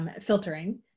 filtering